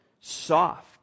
soft